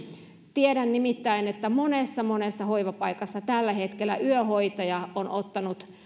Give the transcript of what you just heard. tiedän nimittäin että monessa monessa hoivapaikassa tällä hetkellä yöhoitaja on ottanut